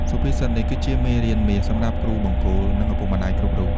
សុភាសិតនេះគឺជាមេរៀនមាសសម្រាប់គ្រូបង្គោល និងឪពុកម្ដាយគ្រប់រូប។